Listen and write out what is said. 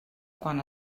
quan